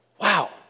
Wow